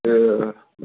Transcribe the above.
ꯑꯦ